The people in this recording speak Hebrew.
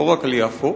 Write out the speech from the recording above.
לא רק על יפו.